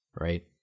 right